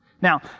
Now